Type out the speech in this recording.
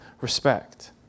respect